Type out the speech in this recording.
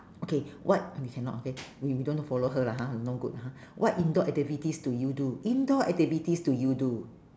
okay what we cannot okay we we don't want to follow her lah ha no good lah ha what indoor activities do you do indoor activities do you do